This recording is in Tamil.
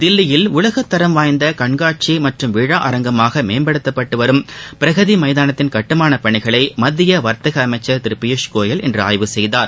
தில்லியில் உலகத் தரம் வாய்ந்த கண்காட்சி மற்றும் விழா அரங்கமாக மேம்படுத்தப்பட்டு வரும் பிரகதி எமதானத்தின் கட்டுமானப் பணிகளை மத்திய வர்த்தக அமைச்சர் திரு பியூஷ் கோயல் இன்று ஆய்வு செய்தார்